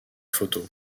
photo